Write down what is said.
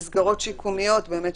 מסגרות שיקומיות באמת,